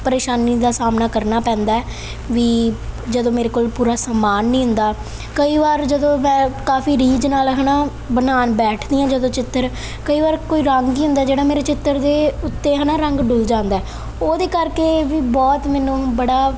ਪਰੇਸ਼ਾਨੀ ਦਾ ਸਾਹਮਣਾ ਕਰਨਾ ਪੈਂਦਾ ਵੀ ਜਦੋਂ ਮੇਰੇ ਕੋਲ ਪੂਰਾ ਸਮਾਨ ਨਹੀਂ ਹੁੰਦਾ ਕਈ ਵਾਰ ਜਦੋਂ ਮੈਂ ਕਾਫੀ ਰੀਝ ਨਾਲ ਹੈ ਨਾ ਬਣਾਉਣ ਬੈਠਦੀ ਹਾਂ ਜਦੋਂ ਚਿੱਤਰ ਕਈ ਵਾਰ ਕੋਈ ਰੰਗ ਹੀ ਹੁੰਦਾ ਜਿਹੜਾ ਮੇਰੇ ਚਿੱਤਰ ਦੇ ਉੱਤੇ ਹੈ ਨਾ ਰੰਗ ਡੁੱਲ੍ਹ ਜਾਂਦਾ ਉਹਦੇ ਕਰਕੇ ਵੀ ਬਹੁਤ ਮੈਨੂੰ ਬੜਾ